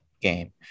game